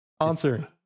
answer